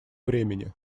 времени